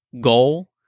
goal